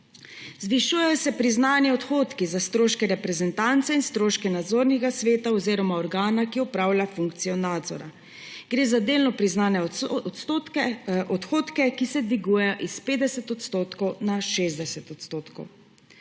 Zvišujejo se priznani odhodki za stroške reprezentance in za stroške nadzornega sveta oziroma organa, ki opravlja funkcijo nadzora. Gre za delno priznane odhodke, ki se dvigujejo s 50 % na 60 %.